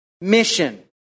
mission